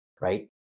right